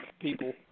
people